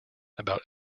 about